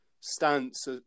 stance